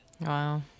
Wow